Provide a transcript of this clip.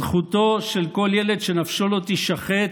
זכותו של כל ילד שנפשו לא תישחת